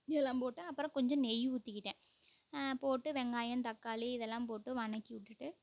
எல்லாம் போட்டு அப்புறம் கொஞ்சம் நெய் ஊற்றிக்கிட்டேன் போட்டு வெங்காயம் தக்காளி இதெல்லாம் போட்டு வணக்கி விட்டுட்டு